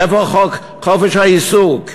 איפה חוק חופש העיסוק?